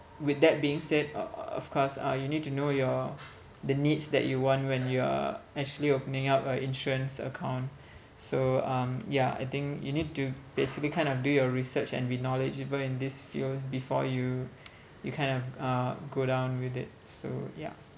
with that being said uh of course uh you need to know your the needs that you want when you are actually opening up a insurance account so um yeah I think you need to basically kind of do your research and be knowledgeable in this field before you you kind of uh go down with it so ya